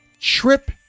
trip